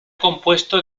compuesto